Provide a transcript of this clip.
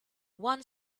one